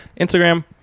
Instagram